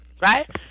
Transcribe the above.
right